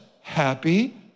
happy